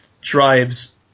drives